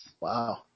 Wow